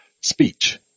Speech